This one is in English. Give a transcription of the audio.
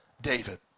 david